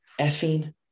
effing